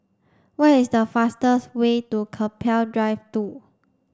what is the fastest way to Keppel Drive two